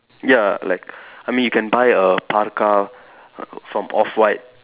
ya like I mean you can buy a parka from off white